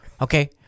Okay